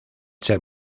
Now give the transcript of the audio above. ser